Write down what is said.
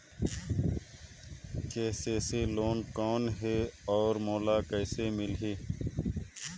KCC loan कौन हे अउ मोला कइसे मिलही?